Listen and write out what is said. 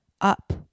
up